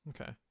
Okay